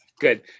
Good